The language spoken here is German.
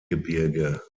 gebirge